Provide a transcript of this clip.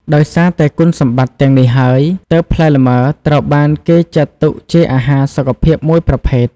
ដោយសារតែគុណសម្បត្តិទាំងនេះហើយ ទើបផ្លែលម៉ើត្រូវបានគេចាត់ទុកជាអាហារសុខភាពមួយប្រភេទ។